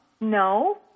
no